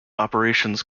operations